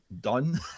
Done